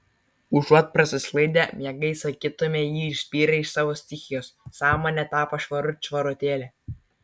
užuot prasisklaidę miegai sakytumei jį išspyrė iš savo stichijos sąmonė tapo švarut švarutėlė